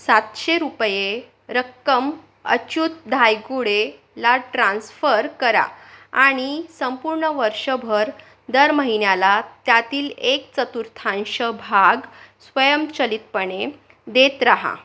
सातशे रुपये रक्कम अच्युत धायगुडेला ट्रान्स्फर करा आणि संपूर्ण वर्षभर दर महिन्याला त्यातील एक चतुर्थांश भाग स्वयंचलितपणे देत राहा